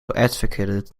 advocated